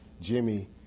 Jimmy